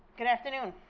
good afternoon